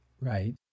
Right